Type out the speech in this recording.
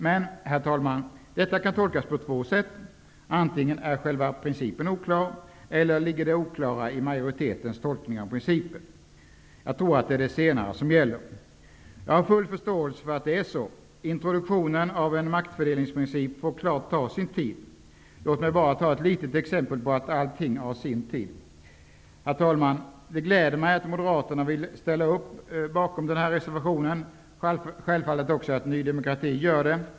Men, herr talman, detta kan tolkas på två sätt: antingen är själva principen oklar eller ligger det oklara i majoritetens tolkning av principen. Jag tror att det är det senare som gäller. Jag har full förståelse för att det är så. Introduktionen av en maktfördelningsprincip får självfallet ta sin tid. Låt mig bara ta ett litet exempel på att allting har sin tid. Herr talman! Det gläder mig att Moderaterna ville ställa upp bakom min reservation och självfallet också att Ny demokrati gör det.